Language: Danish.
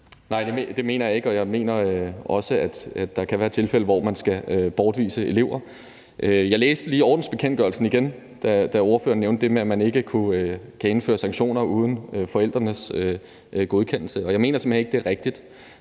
Nej, det mener jeg heller ikke, og jeg mener også, at der kan være tilfælde, hvor man skal bortvise elever. Jeg læste lige ordensbekendtgørelsen igen, da ordføreren igen nævnte det med, at man ikke kan indføre sanktioner uden forældrenes godkendelse, og jeg mener simpelt hen ikke, det er rigtigt.